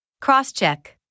cross-check